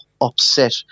upset